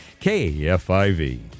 KFIV